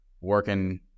working